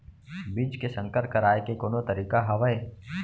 बीज के संकर कराय के कोनो तरीका हावय?